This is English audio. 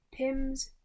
pims